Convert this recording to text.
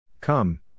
Come